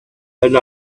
and